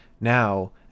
Now